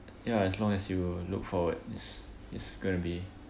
ya as long as you look forward it's it's gonna be